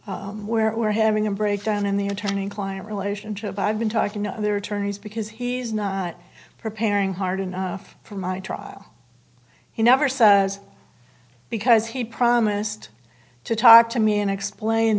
attorneys where we're having a breakdown in the attorney client relationship i've been talking to their attorneys because he's not preparing hard enough for my trial he never says because he promised to talk to me and explain